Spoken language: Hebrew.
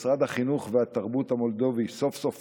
משרד החינוך והתרבות המולדובי נענה סוף-סוף